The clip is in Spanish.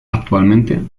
actualmente